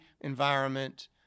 environment